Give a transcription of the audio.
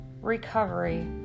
recovery